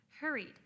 hurried